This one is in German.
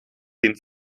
den